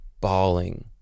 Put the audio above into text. bawling